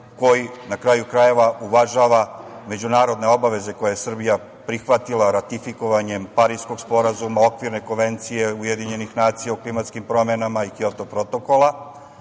koji, na kraju krajeva, uvažava međunarodne obaveze koje je Srbija prihvatila ratifikovanjem Pariskog sporazuma, Okvirne konvencije UN o klimatskim promenama i Kjoto protokola.